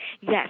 Yes